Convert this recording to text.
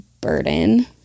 burden